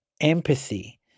empathy